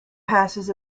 passes